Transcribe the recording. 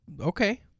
Okay